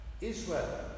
Israel